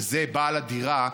וזה בעל הדירה,